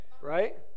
Right